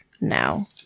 now